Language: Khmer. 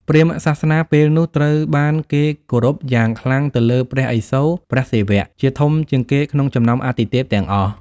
ព្រាហ្មណ៍សាសនាពែលនោះត្រូវបានគេគោរពយ៉ាងខ្លាំងទៅលើ ព្រះឥសូរ (ព្រះសិវៈ) ជាធំជាងគេក្នុងចំណោមអាទិទេពទាំងអស់។